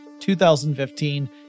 2015